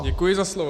Děkuji za slovo.